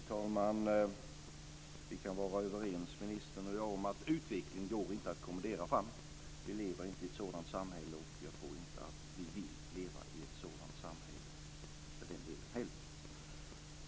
Fru talman! Vi kan vara överens, ministern och jag, om att utveckling inte går att kommendera fram. Vi lever inte i ett sådant samhälle, och jag tror för den delen inte heller att vi vill leva i ett sådant samhälle.